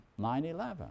9-11